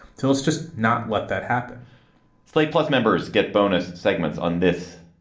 tell it's just not let that happen slate plus members get bonus segments on this,